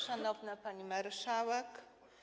Szanowna Pani Marszałek!